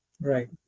right